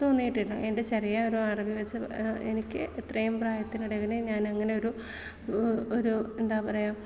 തോന്നിയിട്ടില്ല എൻ്റെ ചെറിയ ഒരു അറിവു വെച്ച് എനിക്ക് ഇത്രയും പ്രായത്തിനിടയിൽ ഞാൻ അങ്ങനെ ഒരു ഒരു എന്താ പറയുക